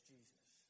Jesus